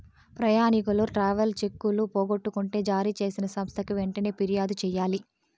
ప్రయాణికులు ట్రావెలర్ చెక్కులు పోగొట్టుకుంటే జారీ చేసిన సంస్థకి వెంటనే ఫిర్యాదు చెయ్యాలి